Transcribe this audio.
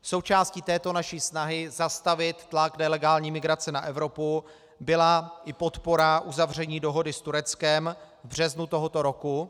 Součástí této naší snahy zastavit tlak nelegální migrace na Evropu byla i podpora uzavření dohody s Tureckem v březnu tohoto roku.